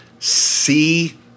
see